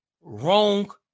Wrong